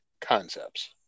concepts